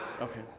Okay